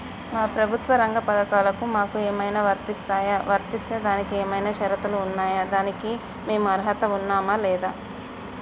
ప్రభుత్వ రంగ పథకాలు మాకు ఏమైనా వర్తిస్తాయా? వర్తిస్తే దానికి ఏమైనా షరతులు ఉన్నాయా? దానికి మేము అర్హత ఉన్నామా లేదా?